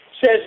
says